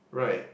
right